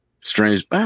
Strange